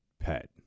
pet